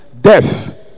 death